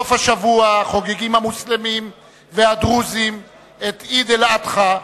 בסוף השבוע חוגגים המוסלמים והדרוזים את עיד אל-אדחא,